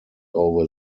over